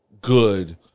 good